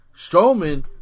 Strowman